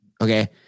okay